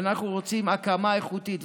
ואנחנו רוצים הקמה איכותית.